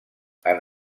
han